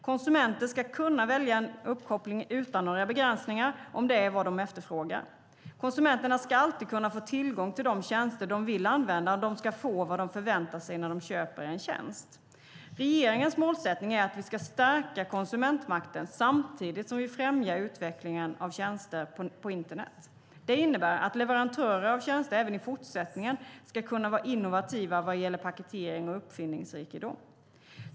Konsumenter ska kunna välja en uppkoppling utan några begränsningar om det är vad de efterfrågar. Konsumenterna ska alltid kunna få tillgång till de tjänster de vill använda och de ska få vad de förväntar sig när de köper en tjänst. Regeringens målsättning är att vi ska stärka konsumentmakten samtidigt som vi främjar utvecklingen av tjänster på internet. Det innebär att leverantörer av tjänster även i fortsättningen ska kunna vara innovativa vad gäller paketering och uppfinningsrikedom.